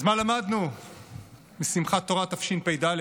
אז מה למדנו בשמחת תורה התשפ"ד?